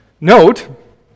Note